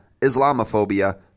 Islamophobia